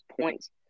points